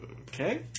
okay